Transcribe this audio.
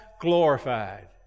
glorified